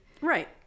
right